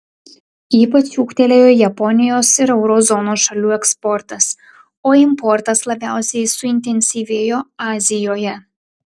ypač ūgtelėjo japonijos ir euro zonos šalių eksportas o importas labiausiai suintensyvėjo azijoje